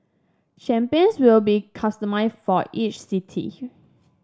champions will be customised for each city